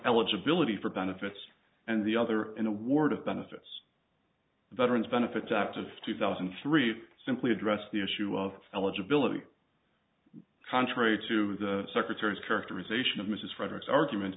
eligibility for benefits and the other an award of benefits veterans benefits act of two thousand and three simply address the issue of eligibility contrary to the secretary's characterization of mrs frederic's argument